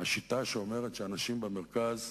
השיטה שאומרת שהאנשים במרכז,